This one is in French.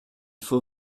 faut